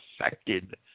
affected